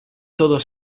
todos